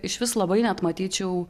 išvis labai net matyčiau